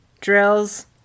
drills